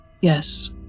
yes